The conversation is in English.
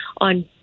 On